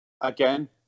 again